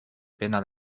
pena